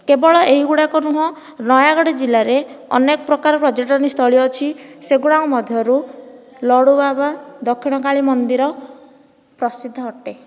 କେବଳ ଏହିଗୁଡ଼ାକ ନୁହଁ ନୟାଗଡ଼ ଜିଲ୍ଲାରେ ଅନେକ ପ୍ରକାର ପର୍ଯ୍ୟଟନୀସ୍ଥଳୀ ଅଛି ସେଗୁଡ଼ାକ ମଧ୍ୟରୁ ଲଡୁବାବା ଦକ୍ଷିଣକାଳୀ ମନ୍ଦିର ପ୍ରସିଦ୍ଧ ଅଟେ